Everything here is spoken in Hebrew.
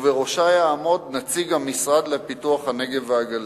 ובראשה יעמוד נציג המשרד לפיתוח הנגב והגליל.